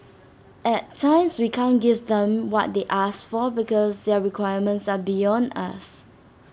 at times we can't give them what they ask for because their requirements are beyond us